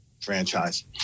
franchise